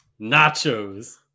nachos